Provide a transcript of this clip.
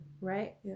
Right